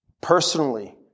personally